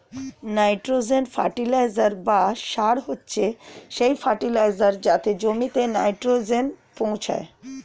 nitrogen fertiliser বা সার হচ্ছে সেই ফার্টিলাইজার যাতে জমিতে নাইট্রোজেন পৌঁছায়